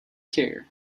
care